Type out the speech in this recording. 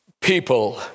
people